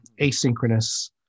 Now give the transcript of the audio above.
asynchronous